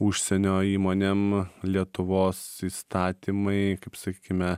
užsienio įmonėm lietuvos įstatymai kaip sakykime